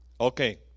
Okay